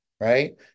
right